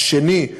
השני,